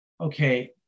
okay